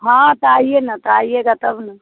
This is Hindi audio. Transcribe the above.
हाँ तो आइए न तो आइएगा तब न